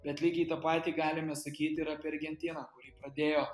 bet lygiai tą patį galime sakyt ir apie argentiną kurį pradėjo